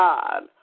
God